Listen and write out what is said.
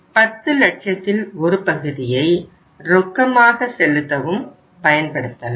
பத்து லட்சத்தில் ஒரு பகுதியை ரொக்கமாக செலுத்தவும் பயன்படுத்தலாம்